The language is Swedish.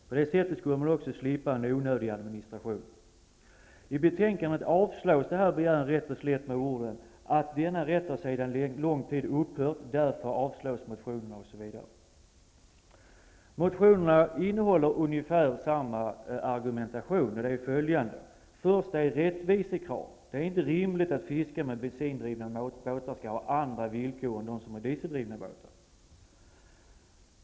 På så sätt skulle man också slippa en onödig administration. I betänkandet avslås denna begäran rätt och slätt med att: denna rätt har sedan lång tid upphört. Motionerna innehåller ungefär samma argumentation. Först rättvisekravet: Det är inte rimligt att fiskare med bensindrivna båtar skall ha andra villkor än de som använder dieseldrivna båtar.